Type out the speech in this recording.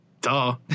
duh